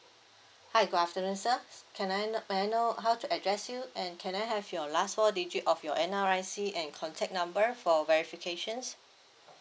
hi good afternoon sir can I know may I know how to address you and can I have your last four digit of your N_R_I_C and contact number for verification